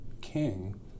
King